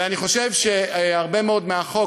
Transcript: ואני חושב שהרבה מאוד מהחוק,